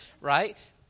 right